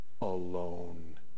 alone